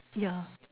yeah